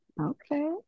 Okay